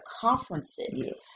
conferences